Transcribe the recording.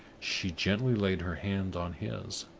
she gently laid her hand on his.